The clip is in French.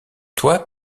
toit